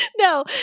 No